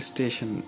Station